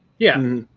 yeah.